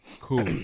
Cool